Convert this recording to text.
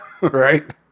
right